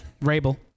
Rabel